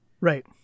Right